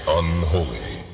unholy